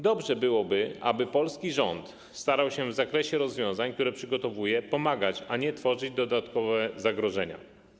Dobrze byłoby, aby polski rząd starał się w zakresie rozwiązań, które przygotowuje, pomagać, a nie tworzyć dodatkowe zagrożenia.